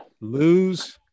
lose